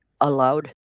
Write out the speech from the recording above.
allowed